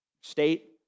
state